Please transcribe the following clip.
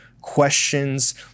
questions